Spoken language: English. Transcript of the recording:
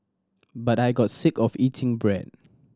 but I got sick of eating bread